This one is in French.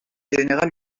général